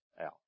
out